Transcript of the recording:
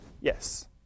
Yes